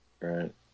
Right